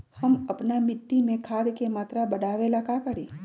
हम अपना मिट्टी में खाद के मात्रा बढ़ा वे ला का करी?